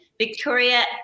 Victoria